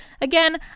Again